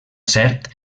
cert